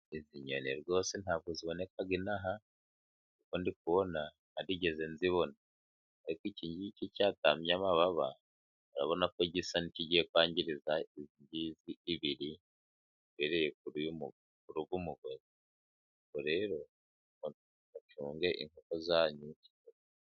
Izi nyoni rwose ntabwo ziboneka ino aha, kuko ndi kubona ntarigeze nzibona, ariko ikingiki cyatambye amababa, urabona ko gisa n'ikigiye kwangiriza izingizi ebyiri ziri hejuru y'umugozi, ubwo rero mucunge inkoko zanyu.